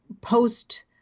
post